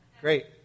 Great